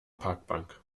parkbank